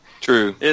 True